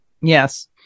Yes